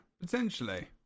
potentially